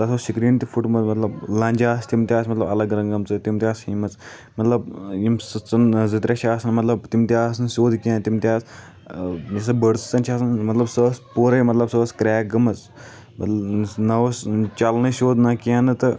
تتھ اوس سکریٖن تہِ پھُٹمُت مطلب لنجہ آسہِ تِم تہِ آسہِ مطلب الگ الگ گٔمژٕ تہٕ تِم تہِ آسہِ ژھنمٕژ مطلب یِم سٕژن زٕ ترٛےٚ چھِ آسان مطلب تِم تہِ آسہٕ نہٕ سیٚود کینٛہہ تِم تہِ آسہٕ یۄس زن بٔڑ سٕژن چھِ آسان مطلب سۄ ٲسۍ اورٕے مطلب سۄ ٲسۍ کریک گٔمٕژ نہ اوس چلنٕے سیٚود نہ کینٛہہ نہٕ تہٕ